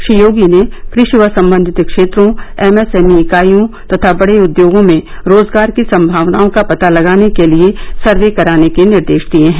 श्री योगी ने कृषि व संबंधित क्षेत्रों एमएसएमई इकाइयों तथा बड़े उद्योगों में रोजगार की सभावनाओं का पता लगाने के लिए सर्वे कराने के निर्देश दिए हैं